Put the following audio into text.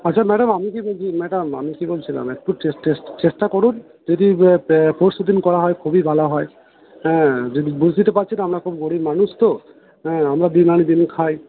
আচ্ছা ম্যাডাম আমি কি বলছি ম্যাডাম আমি কি বলছিলাম একটু চেষ্টা চেষ্টা করুন যদি পরশুদিন করা হয় খুবই ভালো হয় হ্যাঁ যদি বুঝতেই তো পারছেন তো আমরা খুব গরীব মানুষ তো হ্যাঁ আমরা দিন আনি দিন খাই